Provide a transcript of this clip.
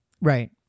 Right